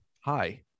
Hi